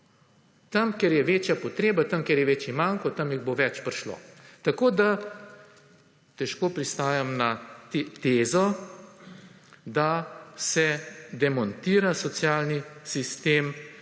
Tam kjer je večja potreba, tam kjer je večji manko tam jih bo več prišlo. Tako, da težko pristajam na tezo, da se demontira socialni sistem,